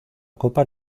copa